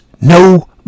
no